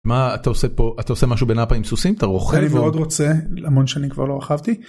מה אתה עושה פה אתה עושה משהו בין הפעמים סוסים אתה רוכב ועוד רוצה המון שנים כבר לא רכבתי.